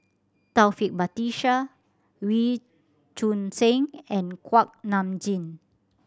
Taufik Batisah Wee Choon Seng and Kuak Nam Jin